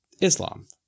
Islam